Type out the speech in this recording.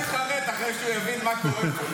לא, אולי הוא יתחרט אחרי שהוא יבין מה קורה פה.